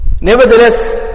Nevertheless